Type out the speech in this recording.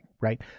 right